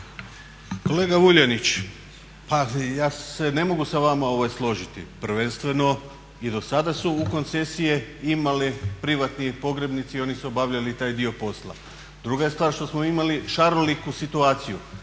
Kolega Vuljanić, pa ja se ne mogu sa vama složiti prvenstveno i do sada su koncesije imali privatni pogrebnici, oni su obavljali taj dio posla. Druga je stvar što smo mi imali šaroliku situaciju.